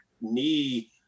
knee